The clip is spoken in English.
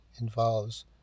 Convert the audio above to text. involves